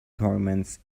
tournaments